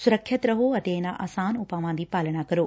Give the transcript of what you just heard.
ਸੁਰੱਖਿਅਤ ਰਹੋ ਅਤੇ ਇਨ੍ਨਾ ਆਸਾਨ ਉਪਾਵਾਂ ਦੀ ਪਾਲਣਾ ਕਰੋ